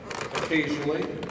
Occasionally